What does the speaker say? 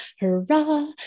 hurrah